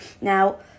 now